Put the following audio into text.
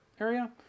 area